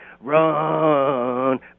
run